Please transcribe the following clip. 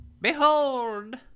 behold